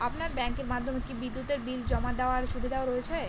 আপনার ব্যাংকের মাধ্যমে কি বিদ্যুতের বিল জমা দেওয়ার সুবিধা রয়েছে?